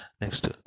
Next